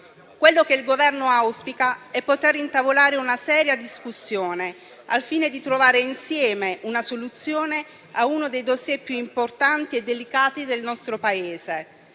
Quello che il Governo auspica è poter intavolare una seria discussione, al fine di trovare insieme una soluzione a uno dei *dossier* più importanti e delicati del nostro Paese.